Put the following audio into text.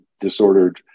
disordered